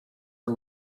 are